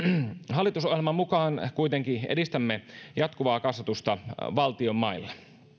hallitusohjelman mukaan kuitenkin edistämme jatkuvaa kasvatusta valtion mailla